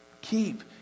Keep